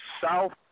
South